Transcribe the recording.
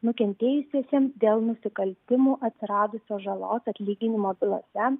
nukentėjusiesiems dėl nusikaltimų atsiradusios žalos atlyginimo bylose